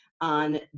on